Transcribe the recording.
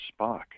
Spock